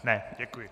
Ne, děkuji.